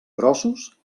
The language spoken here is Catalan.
grossos